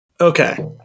Okay